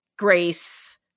grace